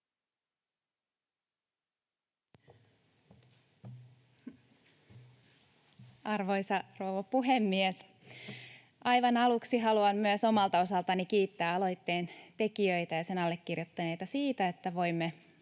Arvoisa rouva puhemies! Aivan aluksi haluan myös omalta osaltani kiittää aloitteen tekijöitä ja sen allekirjoittaneita siitä, että voimme